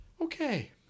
Okay